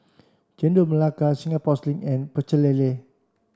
Chendol Melaka Singapore Sling and Pecel Lele